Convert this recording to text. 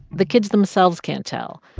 the kids themselves can't tell,